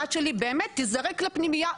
הבת שלי באמת תיזרק לפנימייה,